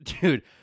dude